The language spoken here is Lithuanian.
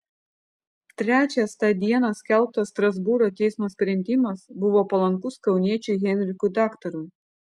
trečias tą dieną skelbtas strasbūro teismo sprendimas buvo palankus kauniečiui henrikui daktarui